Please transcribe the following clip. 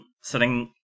sitting